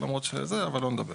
לא,